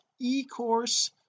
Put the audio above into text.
e-course